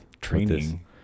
training